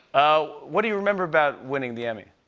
ah what do you remember about winning the emmy?